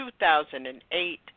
2008